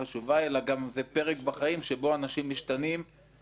אלא זה גם פרק בחיים שבו אנשים משתנים ומתבגרים,